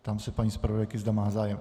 Ptám se paní zpravodajky, zda má zájem.